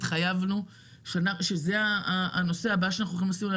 התחייבנו שזה הנושא הבא שאנחנו נשים עליו